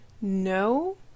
no